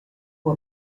può